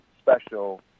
special